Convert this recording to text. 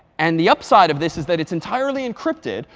and the upside of this is that it's entirely encrypted,